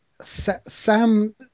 Sam